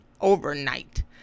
overnight